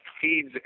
feeds